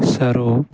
ꯁꯔꯣꯞ